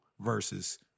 versus